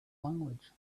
language